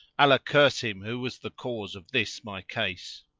allah curse him who was the cause of this my case!